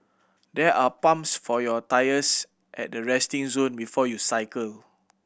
there are pumps for your tyres at the resting zone before you cycle